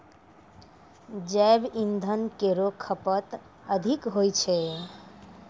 जैव इंधन केरो खपत अधिक होय छै